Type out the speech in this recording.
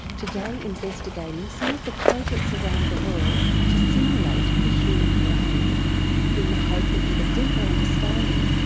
today investigating some of the projects around the world to simulate the human brain in the hope that with a deeper understanding,